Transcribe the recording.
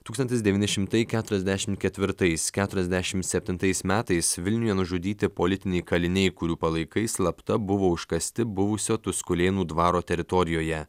tūkstantis devyni šimtai keturiasdešimt ketvirtais keturiasdešim septintais metais vilniuje nužudyti politiniai kaliniai kurių palaikai slapta buvo užkasti buvusio tuskulėnų dvaro teritorijoje